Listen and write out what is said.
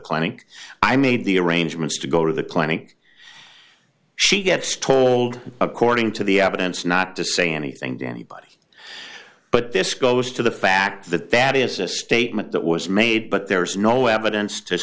clinic i made the arrangements to go to the clinic she gets told according to the evidence not to say anything to anybody but this goes to the fact that that is a statement that was made but there is no evidence to